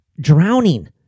drowning